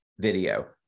video